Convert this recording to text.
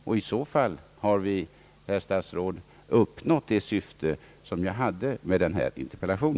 I så fall har vi, herr statsråd, uppnått det syfte som jag hade med denna interpellation.